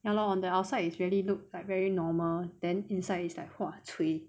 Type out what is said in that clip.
ya lor on the outside is really look like very normal then inside is like !wah! cui